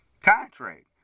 contract